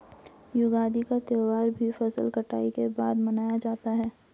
युगादि का त्यौहार भी फसल कटाई के बाद मनाया जाता है